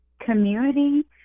community